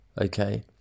Okay